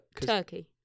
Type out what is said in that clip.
Turkey